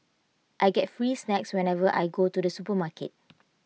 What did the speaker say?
I get free snacks whenever I go to the supermarket